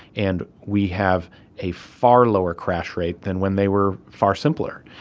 and we have a far lower crash rate than when they were far simpler.